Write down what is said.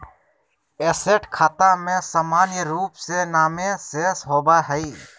asset खाता में सामान्य रूप से नामे शेष होबय हइ